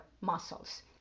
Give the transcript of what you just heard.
muscles